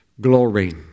Glory